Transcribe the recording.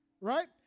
right